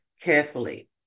carefully